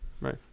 right